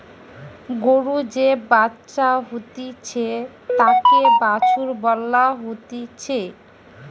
গরুর যে বাচ্চা হতিছে তাকে বাছুর বলা হতিছে